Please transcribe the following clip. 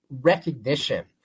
recognition